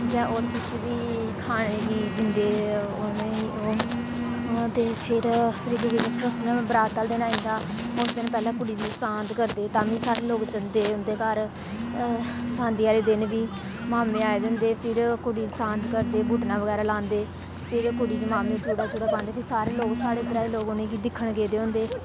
जां और कुछ बी खाने गी दिंदे उंनेंगी फिर बरात आहले दिन आई जंदा उस दिन पैहलें कुड़ी दी सांत करदे ता कि साढ़े लोग जंदे उंदे घर शादी आहले दिन बी मामे आए दे होंदे फिर कुड़ी दी सांत करदे बुटना बगैरा लांदे फिर कुड़ी दी मामी चूड़ा पांदी फिह् सारे लोग साढ़े ग्रां दे लोक उनेंगी दिक्खन गेदे होंदे